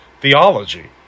theology